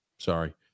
Sorry